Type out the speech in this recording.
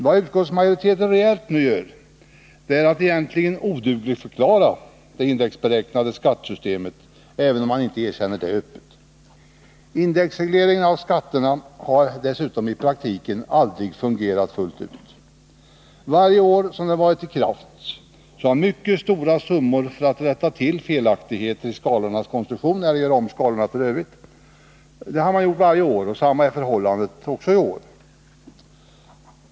Vad utskottsmajoriteten reellt nu gör är att egentligen odugligförklara det indexberäknade skattesystemet, även om man inte erkänner detta öppet. Indexregleringen av skatterna har i praktiken aldrig fungerat fullt ut. Varje år som den varit i kraft har man använt mycket stora summor för att rätta till felaktigheter i skalornas konstruktion, och samma är förhållandet i år.